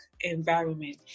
environment